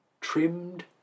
trimmed